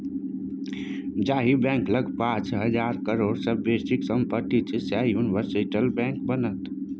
जाहि बैंक लग पाच हजार करोड़ सँ बेसीक सम्पति छै सैह यूनिवर्सल बैंक बनत